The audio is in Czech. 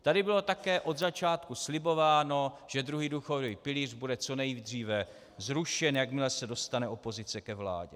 Tady bylo také od začátku slibováno, že druhý důchodový pilíř bude co nejdříve zrušen, jakmile se dostane opozice ke vládě.